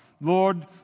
Lord